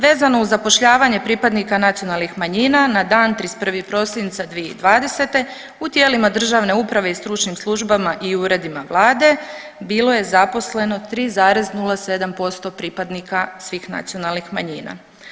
Vezano uz zapošljavanje pripadnika nacionalnih manjina na dan 31. prosinca 2020. u tijelima državne uprave i stručnim službama i uredima Vlade bilo je zaposleno 3,07% pripadnika svih nacionalnih manjina.